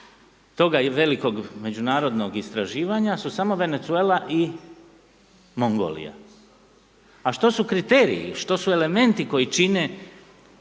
toga i velikog međunarodnog istraživanja su samo Venezuela i Mongolija. A što su kriteriji, što su elementi koji čine